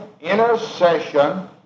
intercession